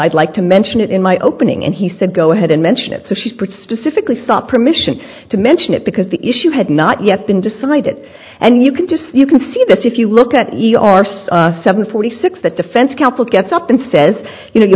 i'd like to mention it in my opening and he said go ahead and mention it so she put specifically stop permission to mention it because the issue had not yet been decided and you can just you can see that if you look at your arse seven forty six the defense counsel gets up and says you know you